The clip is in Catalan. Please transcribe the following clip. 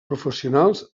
professionals